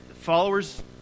followers